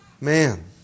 man